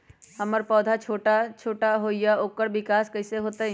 हमर पौधा छोटा छोटा होईया ओकर विकास कईसे होतई?